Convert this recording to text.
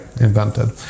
invented